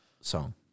song